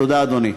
תודה, אדוני.